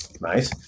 Nice